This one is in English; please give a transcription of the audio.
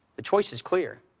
the choice is clear,